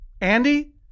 Andy